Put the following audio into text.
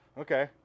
Okay